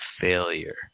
failure